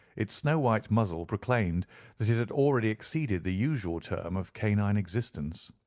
its snow-white muzzle proclaimed that it had already exceeded the usual term of canine existence.